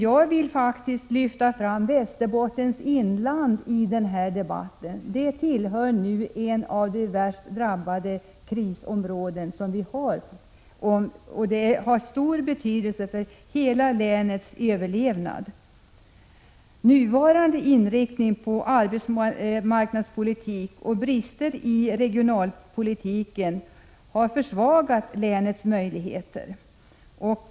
Jag vill lyfta fram även Västerbottens inland, som nu tillhör de värst drabbade krisområdena och har stor betydelse för hela länets överlevnad. Nuvarande inriktning av arbetsmarknadspolitiken och brister i regionalpolitiken har försvagat länets möjligheter.